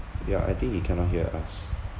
yeah I think he cannot hear us